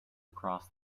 across